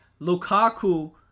Lukaku